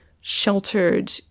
sheltered